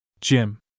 Jim